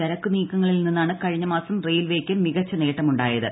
ചരക്കു നീക്കങ്ങളിൽ നിന്നാണ് കഴിഞ്ഞ മാസ്സം ്റെയിൽവേയ്ക്ക് മികച്ച നേട്ടമുണ്ടായത്